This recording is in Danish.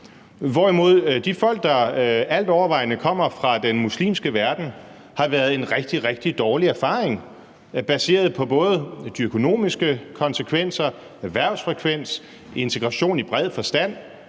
gøre med de folk, som altovervejende kommer fra den muslimske verden, og som vi har rigtig, rigtig dårlige erfaringer med, baseret på både de økonomiske konsekvenser, erhvervsfrekvens, integration i bred forstand,